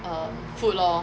um food lor